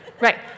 Right